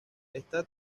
esta